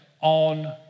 on